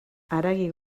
haragi